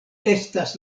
estas